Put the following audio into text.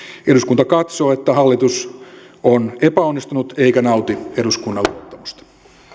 eduskunta katsoo että hallitus on epäonnistunut eikä nauti eduskunnan luottamusta